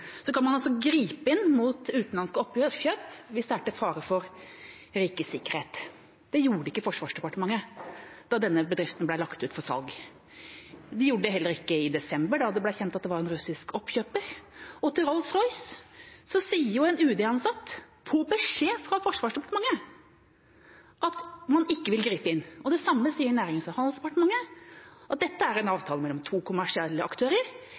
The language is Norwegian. kan man gripe inn mot utenlandske oppkjøp hvis det er til fare for rikets sikkerhet. Det gjorde ikke Forsvarsdepartementet da denne bedriften ble lagt ut for salg. De gjorde det heller ikke i desember, da det ble kjent at det var en russisk oppkjøper. Og til Rolls-Royce sier en UD-ansatt på beskjed fra Forsvarsdepartementet at man ikke vil gripe inn. Det samme sier Nærings- og handelsdepartementet – at dette er en avtale mellom to kommersielle aktører.